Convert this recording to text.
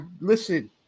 listen